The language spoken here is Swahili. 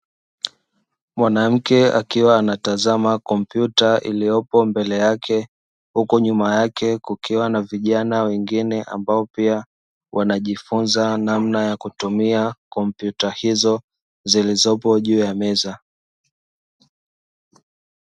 Mwanamke akiwa anatazama kompyuta iliyopo mbele yake, huku nyuma yake kukiwa na vijana wengine ambao pia wanajifunza namna ya kutumia kompyuta hizo zilizopo juu ya meza.